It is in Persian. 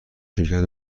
شرکت